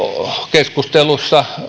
keskustelussa